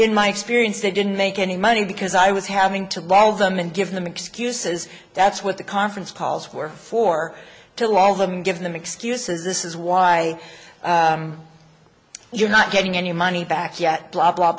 in my experience they didn't make any money because i was having to love them and give them excuses that's what the conference calls were for till all them give them excuses this is why you're not getting any money back yet blah blah